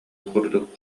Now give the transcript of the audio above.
курдук